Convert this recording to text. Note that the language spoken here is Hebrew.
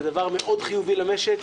זה דבר מאוד חיובי למשק,